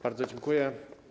Bardzo dziękuję.